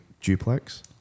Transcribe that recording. duplex